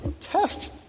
test